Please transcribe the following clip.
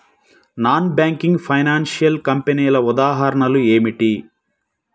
Non banking financial కంపెనీల ఉదాహరణలు ఏమిటి?